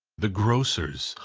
the grocers'!